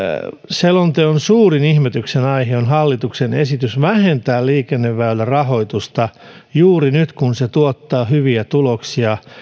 selonteon suurin ihmetyksen aihe on hallituksen esitys vähentää liikenneväylärahoitusta juuri nyt kun se tuottaa hyviä tuloksia